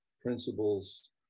principles